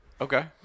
okay